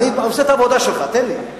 אני עושה את העבודה שלך, תן לי.